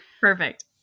Perfect